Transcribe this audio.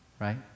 Right